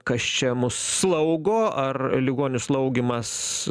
kas čia mus slaugo ar ligonių slaugymas